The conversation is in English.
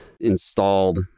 installed